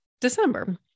December